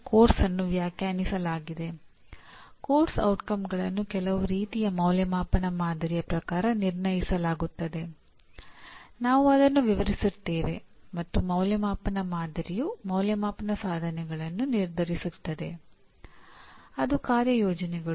ಅದು ಏನನ್ನು ಸೂಚಿಸುತ್ತದೆ ಎಂದರೆ "ಕಲಿಕೆಯ ಅನುಭವದ ನಂತರ ನಾನು ಕಲಿಕೆಯ ಅನುಭವಕ್ಕಿಂತ ಮೊದಲು ಸಾಧ್ಯವಾಗದ ಏನನ್ನಾದರೂ ಮಾಡಲು ಸಮರ್ಥನಾಗಿದ್ದೇನೆ"